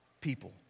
people